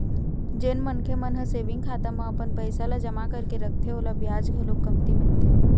जेन मनखे मन ह सेविंग खाता म अपन पइसा ल जमा करके रखथे ओला बियाज घलोक कमती मिलथे